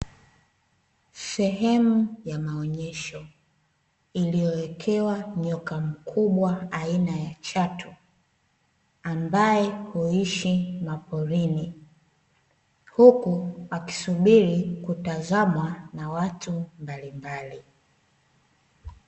Sehemu ya maonyesho iliyowekewa nyoka mkubwa aina ya chatu ambaye huishi maporini huku akisubiri kutazamwa na watu mbalimbali.